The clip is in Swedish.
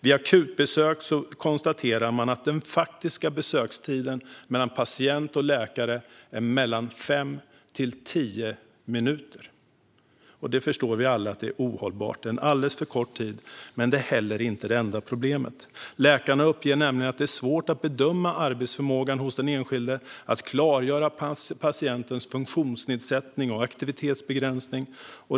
Man konstaterar att vid akutbesök är den faktiska besökstiden mellan patient och läkare mellan fem och tio minuter. Vi alla förstår att detta är ohållbart. Det är alldeles för kort tid, men det är dessutom inte det enda problemet. Läkarna uppger nämligen att det är svårt att bedöma arbetsförmågan hos den enskilde och att klargöra patientens funktionsnedsättning och aktivitetsbegränsning.